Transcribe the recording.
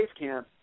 Basecamp